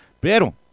pero